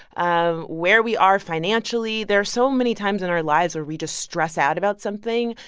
um where we are financially. there are so many times in our lives where we just stress out about something.